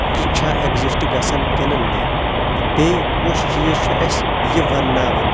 یہِ چھا ایٚگزسٹ گژھان کِنہ نہ تہٕ بییٚہِ کُس چیٖز چھُ اسہ یہِ ونناوان